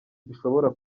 dushobora